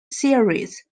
series